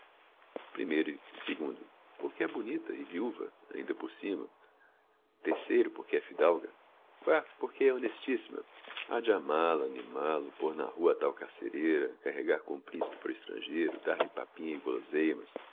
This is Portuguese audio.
primeiro e segundo porque é bonita e viuva ainda por cima terceiro por que é fidalga quarto por que é honestissima ha de amá-lo amimá lo pôr na rua a tal carcereira carregar com o principe para o estrangeiro dar-lhe papinha e goloseimas